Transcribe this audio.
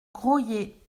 graulhet